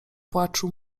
płaczu